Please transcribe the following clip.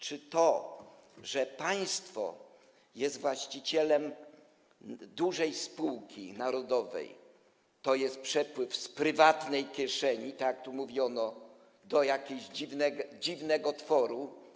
Czy to, że państwo jest właścicielem dużej spółki narodowej, to jest to przepływ z prywatnej kieszeni, tak tu mówiono, do jakiegoś dziwnego tworu?